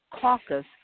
caucus